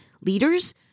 leaders